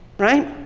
right?